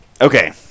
okay